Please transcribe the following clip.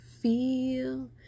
feel